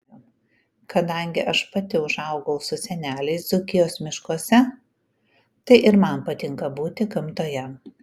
kadangi aš pati užaugau su seneliais dzūkijos miškuose tai ir man patinka būti gamtoje